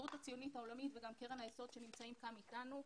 ההסתדרות הציונית העולמית וגם קרן היסוד שנמצאים כאן אתנו,